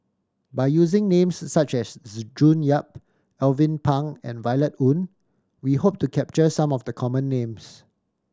by using names such as June Yap Alvin Pang and Violet Oon we hope to capture some of the common names